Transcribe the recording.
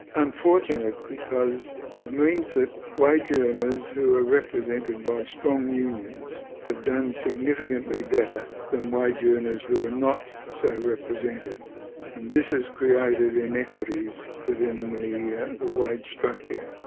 unfortunate because it means that wage earners who are represented by strong unions have done significantly better than wage earners who are not so represented. and this has created inequities within the the wage structure.